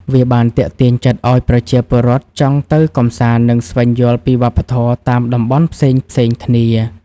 វាបានទាក់ទាញចិត្តឱ្យប្រជាពលរដ្ឋចង់ទៅកម្សាន្ត និងស្វែងយល់ពីវប្បធម៌តាមតំបន់ផ្សេងៗគ្នា។